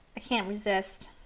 i can't resist.